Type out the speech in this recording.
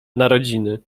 narodziny